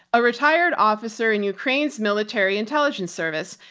a retired officer and ukraine's military intelligence service.